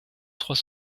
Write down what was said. trois